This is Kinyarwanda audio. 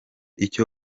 icyo